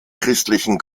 christlichen